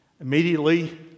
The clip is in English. immediately